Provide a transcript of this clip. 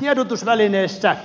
tiedotusvälineissä